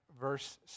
verse